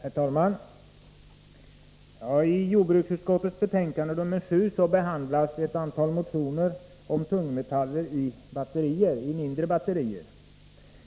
Herr talman! I jordbruksutskottets betänkande nr 7 behandlas ett antal motioner om tungmetaller i mindre batterier.